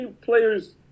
players